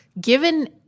given